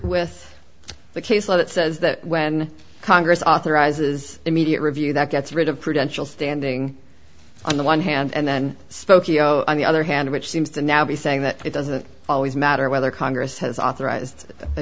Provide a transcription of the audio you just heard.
with the case law that says that when congress authorizes immediate review that gets rid of prudential standing on the one hand and then spokeo on the other hand which seems to now be saying that it doesn't always matter whether congress has authorized